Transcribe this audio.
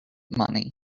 money